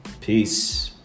Peace